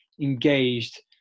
engaged